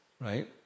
right